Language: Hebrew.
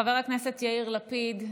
חבר הכנסת יאיר לפיד,